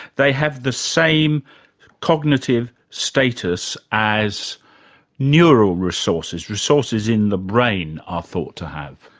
they have the same cognitive status as neural resources, resources in the brain, are thought to have.